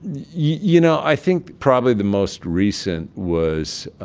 you know, i think probably the most recent was